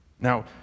Now